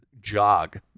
jog